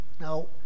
Now